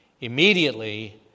Immediately